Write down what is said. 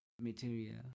material